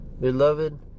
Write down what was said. Beloved